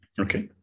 Okay